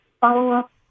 follow-up